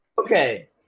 Okay